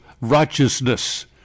righteousness